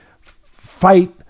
fight